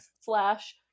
slash